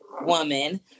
woman